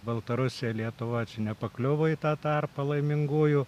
baltarusija lietuva čia nepakliuvo į tą tarpą laimingųjų